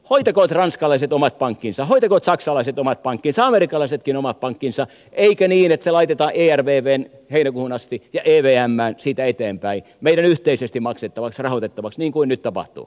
hoitakoot ranskalaiset omat pankkinsa hoitakoot saksalaiset omat pankkinsa amerikkalaisetkin omat pankkinsa eikä niin että se laitetaan ervvhen heinäkuuhun asti ja evmään siitä eteenpäin meidän yhteisesti maksettavaksi rahoitettavaksi niin kuin nyt tapahtuu